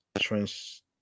trans